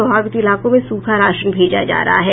प्रभावित इलाकों में सूखा राशन भेजा जा रहा है